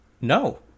no